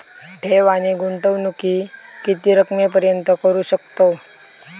ठेव आणि गुंतवणूकी किती रकमेपर्यंत करू शकतव?